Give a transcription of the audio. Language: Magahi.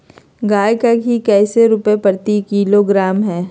गाय का घी कैसे रुपए प्रति किलोग्राम है?